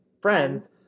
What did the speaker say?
Friends